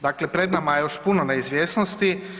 Dakle pred nama je još puno neizvjesnosti.